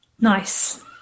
Nice